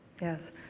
Yes